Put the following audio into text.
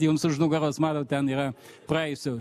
jums už nugaros matot ten yra praėjusių